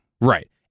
Right